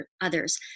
others